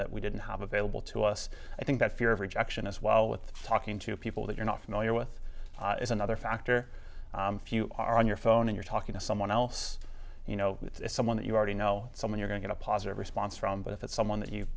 that we didn't have available to us i think that fear of rejection as well with talking to people that you're not familiar with is another factor if you are on your phone and you're talking to someone else you know it's someone that you already know someone you're going to positive response from but if it's someone that you